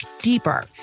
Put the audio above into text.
deeper